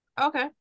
Okay